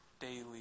daily